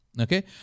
Okay